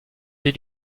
did